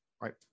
right